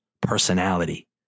personality